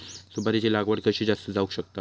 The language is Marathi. सुपारीची लागवड कशी जास्त जावक शकता?